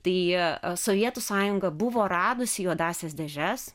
tai sovietų sąjunga buvo radusi juodąsias dėžes